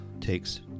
takes